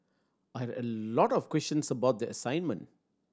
I have a lot of questions about the assignment